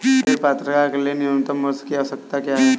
ऋण पात्रता के लिए न्यूनतम वर्ष की आवश्यकता क्या है?